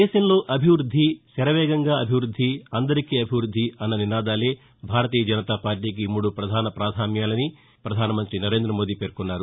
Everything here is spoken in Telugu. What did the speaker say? దేశంలో అభివృద్ధి శరవేగంగా అభివృద్ధి అందరికీ అభివృద్ధి అన్న నినాదాలే భారతీయ జనతాపార్టీకి మూడు పధాన పాధామ్యాలని పధానమంతి నరేంద్రమోదీ పేర్కొన్నారు